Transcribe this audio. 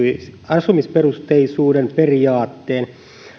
asumisperusteisuuden periaatteen